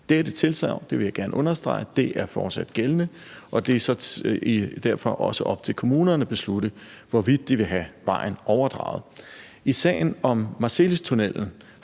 Dette tilsagn vil jeg gerne understrege fortsat er gældende, og det er derfor også op til kommunerne at beslutte, hvorvidt de vil have vejen overdraget. I sagen om Marselistunnellen